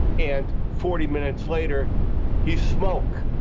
and forty minutes later he is smoke.